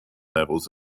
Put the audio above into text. levels